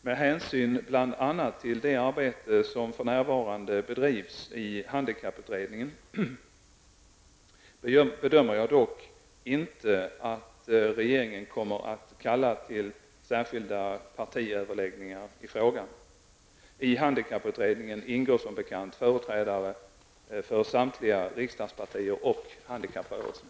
Med hänsyn bl.a. till det arbete som för närvarande bedrivs i handikapputredningen bedömer jag dock inte att regeringen kommer att kalla till särskilda partiöverläggningar i frågan. I handikapputredningen ingår som bekant företrädare för samtliga riksdagspartier och handikapprörelsen.